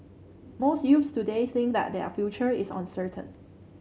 most youths today think that their future is uncertain